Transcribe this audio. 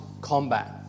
combat